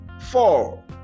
Four